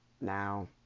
Now